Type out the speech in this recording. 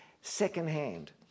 secondhand